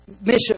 mission